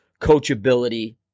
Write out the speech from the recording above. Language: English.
coachability